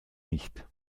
nicht